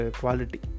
quality